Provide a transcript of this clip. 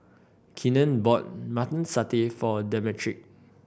Keenen bought Mutton Satay for Demetric